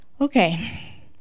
Okay